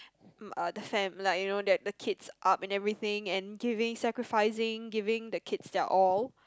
um uh the fam like you know that the kids up and everything and giving sacrificing giving the kids their all